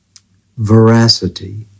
veracity